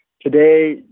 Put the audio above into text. Today